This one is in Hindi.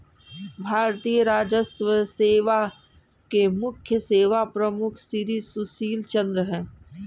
भारतीय राजस्व सेवा के मुख्य सेवा प्रमुख श्री सुशील चंद्र हैं